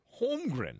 Holmgren